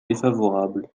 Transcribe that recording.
défavorable